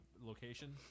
location